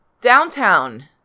downtown